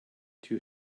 two